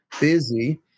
Busy